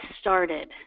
started